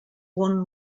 won